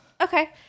Okay